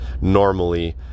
Normally